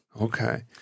Okay